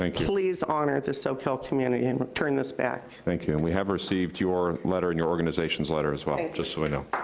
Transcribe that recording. um please honor the soquel community and turn this back. thank you. and we have received your letter and your organization's letter, as well, just so you know.